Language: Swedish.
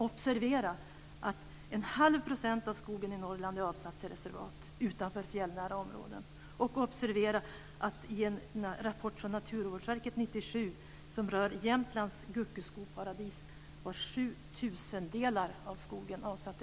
Observera även att i en rapport från Naturvårdsverket